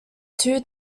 two